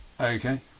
Okay